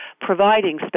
providing